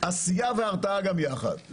עשייה והרתעה גם יחד.